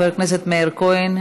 חבר הכנסת מאיר כהן,